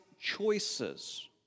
choices